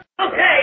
Okay